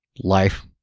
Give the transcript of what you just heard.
Life